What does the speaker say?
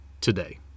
today